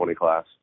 class